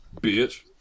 Bitch